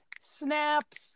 Snaps